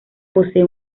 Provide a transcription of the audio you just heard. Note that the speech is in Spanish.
posee